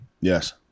Yes